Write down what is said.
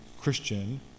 Christian